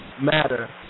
matter